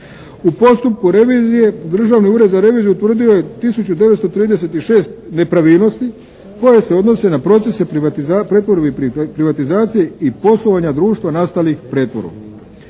U postupku revizije Državni ured za revizije utvrdio je 1936 nepravilnosti koje se odnose na procese pretvorbe i privatizacije i poslovanja društva nastalih pretvorbom.